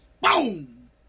Boom